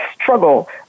struggle